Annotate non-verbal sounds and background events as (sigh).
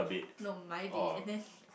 no my bed then (breath)